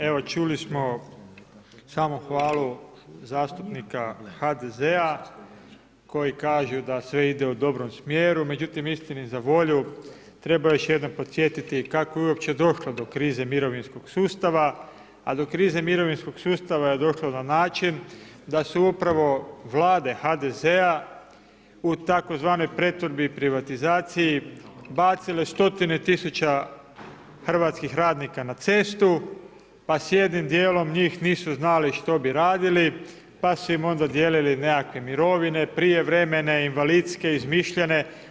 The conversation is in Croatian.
Evo čuli smo samo hvalu zastupnika HDZ-a koji kažu da sve ide u dobrom smjeru međutim isti za volju, treba još jednom podsjetiti kako je uopće došlo do krize mirovinskog sustava a do krize mirovinskog sustava je došlo na način da su upravo vlade HDZ-a u tzv. pretvorbi i privatizaciji bacile stotine tisuća hrvatskih radnika na cestu pa s jednim djelom njih nisu znali što bi radili, pa su im onda udijelili nekakve mirovine, prijevremene, invalidske, izmišljene.